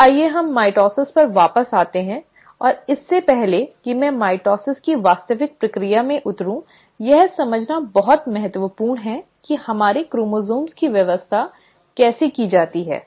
तो आइए हम माइटोसिस पर वापस आते हैं और इससे पहले कि मैं माइटोसिस की वास्तविक प्रक्रिया में उतरूं यह समझना बहुत महत्वपूर्ण है कि हमारे क्रोमोसोम्स की व्यवस्था कैसे की जाती है